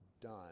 done